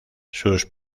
sus